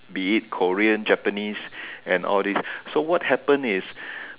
be it Korean Japanese and all this so what happen is